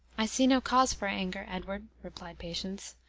i see no cause for anger, edward, replied patience.